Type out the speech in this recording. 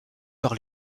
par